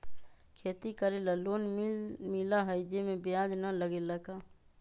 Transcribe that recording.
खेती करे ला लोन मिलहई जे में ब्याज न लगेला का?